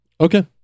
Okay